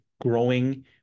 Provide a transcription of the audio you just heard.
growing